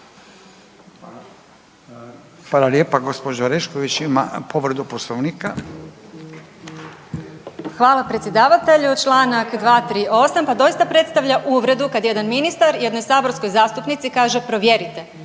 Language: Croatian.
Dalija (Stranka s imenom i prezimenom)** Hvala predsjedavatelju. Čl. 238., pa doista predstavlja uvredu kad jedan ministar jednoj saborskoj zastupnici kaže provjerite.